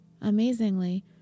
amazingly